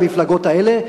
המפלגות האלה,